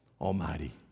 Almighty